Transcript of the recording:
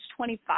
25